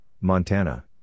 Montana